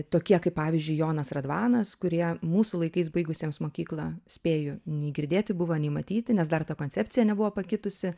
tokie kaip pavyzdžiui jonas radvanas kurie mūsų laikais baigusiems mokyklą spėju nei girdėti buvo nei matyti nes dar ta koncepcija nebuvo pakitusi